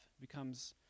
becomes